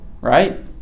Right